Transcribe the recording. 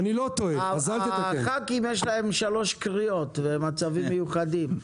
לח"כים יש שלוש קריאות במצבים מיוחדים.